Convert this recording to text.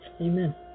Amen